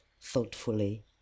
thoughtfully